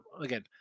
Again